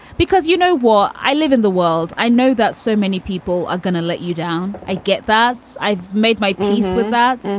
because you know what? i live in the world. i know that so many people are going to let you down. i get that i've made my peace with that.